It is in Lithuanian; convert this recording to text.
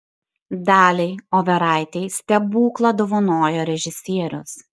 daliai overaitei stebuklą dovanojo režisierius